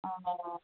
ಹಾಂ ಹಾಂ ಹಾಂ